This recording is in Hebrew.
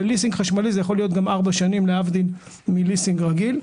בליסינג חשמלי זה יכול להיות גם ארבע שנים מלהבדיל מליסינג רגיל.